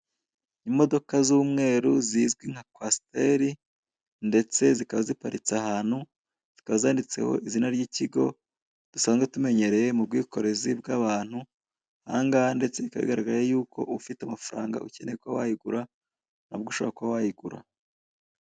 Imodoka z'umweru zizwi nka kwasiteri ndetse zikaba ziparitse ahantu zikaba zanditseho izina ry'ikigo dusanzwe tumenyereye mu bwikorezi bw'abantu, aha ngaha ndetse bikaba bigaragara yuko ufite amafaranga ukeneye kuba wayigura nabwo ushobora kuba kuba wayigura